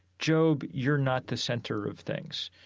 job, you're not the center of things.